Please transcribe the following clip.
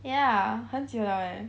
ya 很久 liao eh